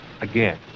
again